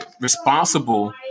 responsible